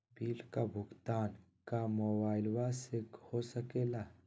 Bill का भुगतान का मोबाइलवा से हो सके ला?